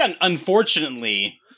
unfortunately